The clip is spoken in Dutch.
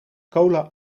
cola